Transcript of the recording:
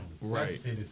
right